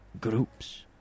groups